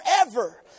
forever